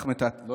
יש פה מהקהל.